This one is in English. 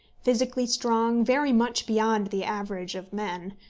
physically strong very much beyond the average of men,